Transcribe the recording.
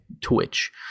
Twitch